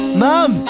mom